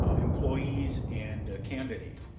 ah employees, and candidates.